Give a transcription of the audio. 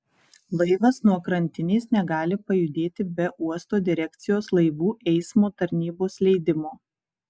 laivas nuo krantinės negali pajudėti be uosto direkcijos laivų eismo tarnybos leidimo